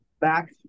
back